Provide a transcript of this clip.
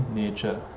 nature